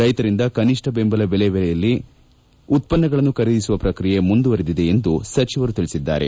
ರೈತರಿಂದ ಕನಿಷ್ಣ ಬೆಂಬಲ ಬೆಲೆಯಲ್ಲಿ ಉತ್ಪನ್ನಗಳನ್ನು ಖರೀದಿಸುವ ಪ್ರಕ್ರಿಯೆ ಮುಂದುವರಿದಿದೆ ಎಂದು ಸಚಿವರು ತಿಳಿಸಿದ್ದಾರೆ